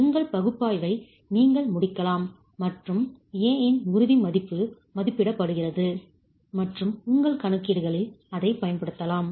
உங்கள் பகுப்பாய்வை நீங்கள் முடிக்கலாம் மற்றும் a இன் இறுதி மதிப்பு மதிப்பிடப்படுகிறது மற்றும் உங்கள் கணக்கீடுகளில் அதைப் பயன்படுத்தலாம்